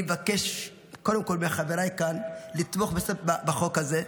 אני מבקש קודם כול מחבריי כאן לתמוך בחוק הזה.